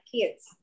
kids